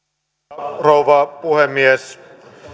arvoisa rouva puhemies